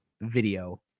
video